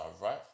right